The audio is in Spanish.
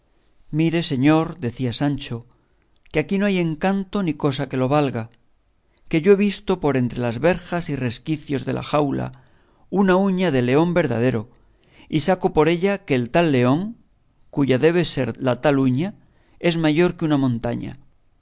mire señor decía sancho que aquí no hay encanto ni cosa que lo valga que yo he visto por entre las verjas y resquicios de la jaula una uña de león verdadero y saco por ella que el tal león cuya debe de ser la tal uña es mayor que una montaña